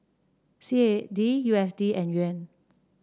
C A D U S D and Yuan